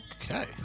Okay